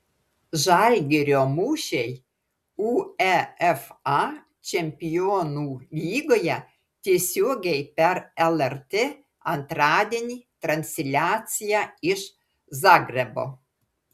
žalgirio mūšiai uefa čempionų lygoje tiesiogiai per lrt antradienį transliacija iš zagrebo